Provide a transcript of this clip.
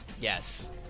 Yes